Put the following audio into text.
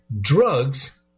drugs